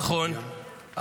נכון,